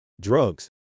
drugs